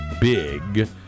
big